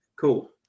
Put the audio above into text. Cool